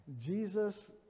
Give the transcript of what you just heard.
Jesus